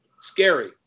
Scary